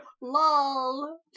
lol